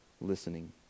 listening